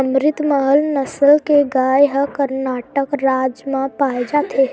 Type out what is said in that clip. अमरितमहल नसल के गाय ह करनाटक राज म पाए जाथे